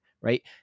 Right